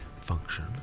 function